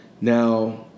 Now